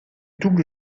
double